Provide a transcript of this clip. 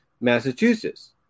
Massachusetts